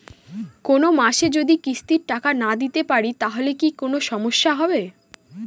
কোনমাসে যদি কিস্তির টাকা না দিতে পারি তাহলে কি কোন সমস্যা হবে?